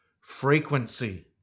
frequency